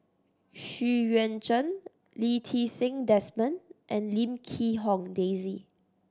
Xu Yuan Zhen Lee Ti Seng Desmond and Lim Quee Hong Daisy